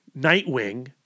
Nightwing